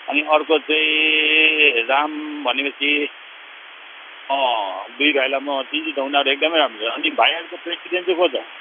अनि अर्को चाहिँ राम भनेपछि दुई भाइलाई म चिन्छु त उनीहरू एकदमै राम्रो छ अनि भाइहरूको प्रेसिडेन्ट चाहिँ को छ